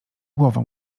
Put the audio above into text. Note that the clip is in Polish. głowa